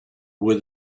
were